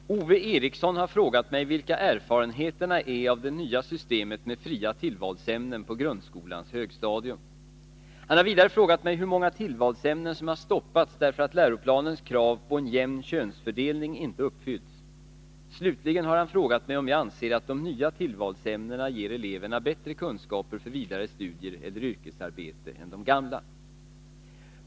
Fru talman! Ove Eriksson har frågat mig vilka erfarenheterna är av det nya systemet med ”fria” tillvalsämnen på grundskolans högstadium. Han har vidare frågat mig hur många tillvalsämnen som har stoppats därför att läroplanens krav på en jämn könsfördelning inte uppfyllts. Slutligen har han frågat mig om jag anser att de nya tillvalsämnena ger eleverna bättre kunskaper för vidare studier eller yrkesarbete än de gamla.